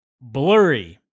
blurry